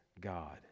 God